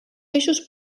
peixos